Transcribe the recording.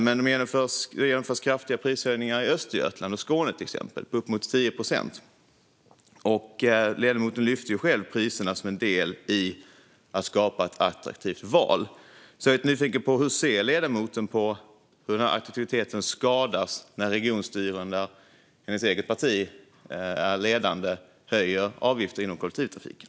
Det genomförs kraftiga prishöjningar i till exempel Östergötland och Skåne - uppemot 10 procent. Ledamoten lyfte själv priserna som en del i att skapa ett attraktivt val. Jag är därför nyfiken på hur ledamoten ser på att den attraktiviteten skadas när regionstyren där hennes eget parti är ledande höjer avgifterna inom kollektivtrafiken.